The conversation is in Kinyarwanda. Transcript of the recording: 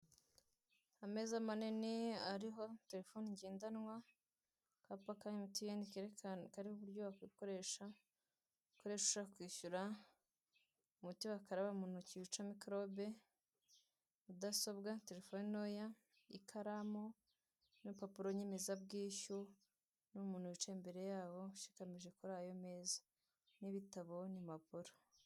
Ameza manini ariho telefoni ngendanwa, akapa ka emutiyene kerekana kari uburyo wakoresha ushaka kwishyura, umuti bakaraba mu ntoki wica micorobe, mudasobwa, telefone ntoya, ikaramu n'urupapuro nyemezabwishyu, n'umuntu wicaye imbere yabo ushikamije kuri ayo meza n'ibitabo n' impapuro.